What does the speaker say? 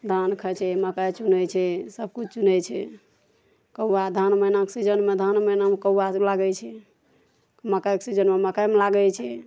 धान खाइ छै मकइ चुनै छै सबकिछु चुनै छै कौआ धान महीनाके सीजनमे धान महीनामे कौआके लागै छै मकइके सीजनमे मकइमे लागै छै